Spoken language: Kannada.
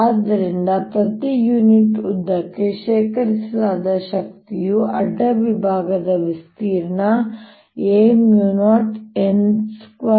ಆದ್ದರಿಂದ ಪ್ರತಿ ಯೂನಿಟ್ ಉದ್ದಕ್ಕೆ ಶೇಖರಿಸಲಾದ ಶಕ್ತಿಯು ಅಡ್ಡ ವಿಭಾಗದ ವಿಸ್ತೀರ್ಣ a0n2I22